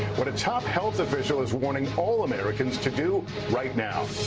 what a top health official is warning all americans to do right now.